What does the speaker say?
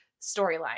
storyline